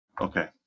okay